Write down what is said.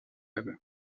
hebben